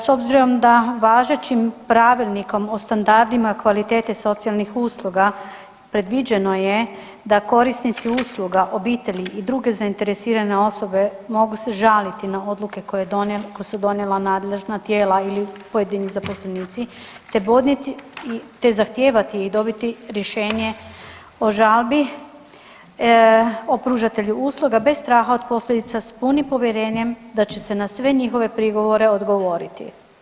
S obzirom da važećim pravilnikom o standardima kvalitete socijalnih usluga predviđeno je da korisnici usluga obitelji i druge zainteresirane osobe mogu se žaliti na odluke koje su donijela nadležna tijela ili pojedini zaposlenici te zahtijevati i dobiti rješenje o žalbi o pružatelju usluga bez straha od posljedica s punim povjerenjem da će se na sve njihove prigovore odgovoriti.